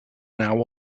now